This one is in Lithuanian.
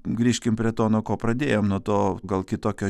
grįžkim prie to nuo ko pradėjom nuo to gal kitokio